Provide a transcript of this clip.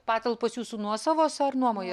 patalpos jūsų nuosavos ar nuomoja